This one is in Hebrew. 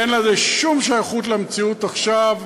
אין לזה שום שייכות למציאות עכשיו.